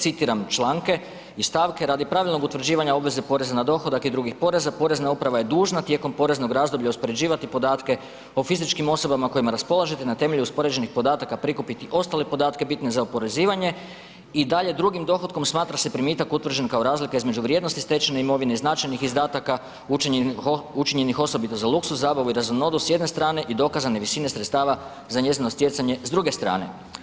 Citiram članke i stavke radi pravilnog utvrđivanja poreza na dohodak i drugih poreza, Porezna uprava je dužna tijekom poreznog razdoblja uspoređivati podatke o fizičkim osobama podatke o fizičkim osobama kojima raspolažete na temelju uspoređenih podataka prikupiti ostale podatke bitne za oporezivanje i dalje drugim dohotkom smatra se primitak utvrđen kao razlika između vrijednosti stečene imovine, značajnih izdataka učinjenih osobito za luksuznu zabavu i razonodu s jedne strane i dokazane sredine sredstava za njezino stjecanje s druge strane.